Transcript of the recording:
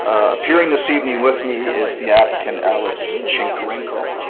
appearing this evening with me is the applicant, alexei chinkarenko.